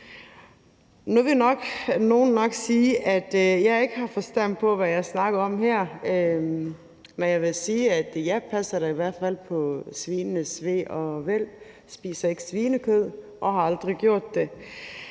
Nu vil nogle nok sige, at jeg ikke har forstand på, hvad jeg snakker om her, når jeg siger, at jeg i hvert fald passer på svinenes ve og vel. Jeg spiser ikke svinekød og har aldrig gjort det.